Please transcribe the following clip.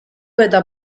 eta